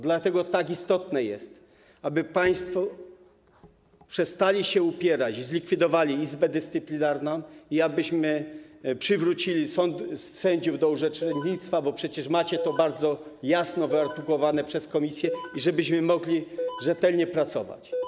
Dlatego tak istotne jest, aby państwo przestali się upierać i zlikwidowali Izbę Dyscyplinarną i abyśmy przywrócili sędziów do orzecznictwa, bo przecież macie to bardzo jasno wyartykułowane przez Komisję, i żebyśmy mogli rzetelnie pracować.